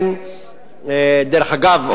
דרך אגב,